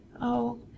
Oh